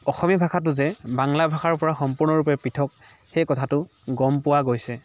অসমীয়া ভাষাটো যে বাংলা ভাষাৰ পৰা সম্পূৰ্ৰূপে পপৃথক সেই কথাটো গম পোৱা গৈছে